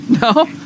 No